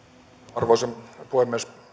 arvoisa puhemies